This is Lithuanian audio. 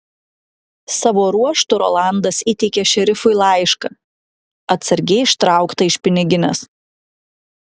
savo ruožtu rolandas įteikė šerifui laišką atsargiai ištrauktą iš piniginės